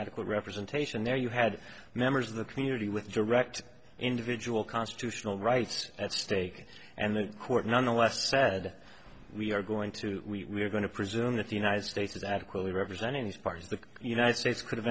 adequate representation there you had members of the community with direct individual constitutional rights at stake and the court nonetheless said we are going to we're going to presume that the united states is adequately representing these parts of the united states could